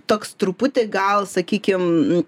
toks truputį gal sakykim